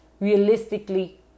Realistically